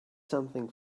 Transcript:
something